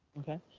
okay,